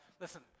listen